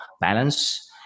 balance